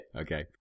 Okay